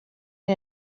iyo